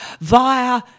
via